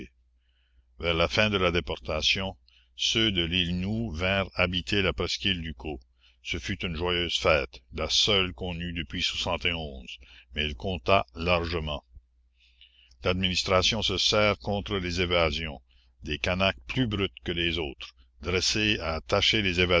vers la fin de la déportation ceux de l'île nou vinrent habiter la presqu'île ducos ce fut une joyeuse fête la seule qu'on eut depuis mais elle compta largement l'administration se sert contre les évasions de canaques plus brutes que les autres dressés à attacher les